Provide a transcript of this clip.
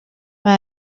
mae